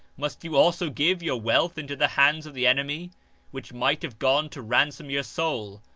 must you also give your wealth into the hands of the enemy which might have gone to ransom your soul,